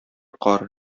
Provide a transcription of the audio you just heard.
кар